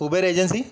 Uber agency